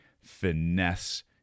finesse